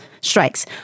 Strikes